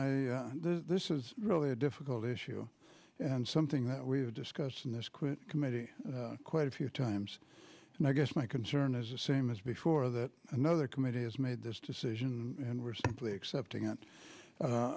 chairman this is really a difficult issue and something that we've discussed in this quit committee quite a few times and i guess my concern is the same as before that another committee has made this decision and we're simply accepting it